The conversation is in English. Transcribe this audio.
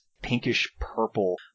pinkish-purple